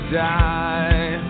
die